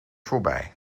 voorbij